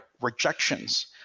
rejections